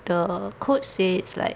the coach say it's like